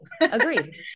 Agreed